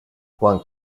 juan